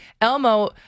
Elmo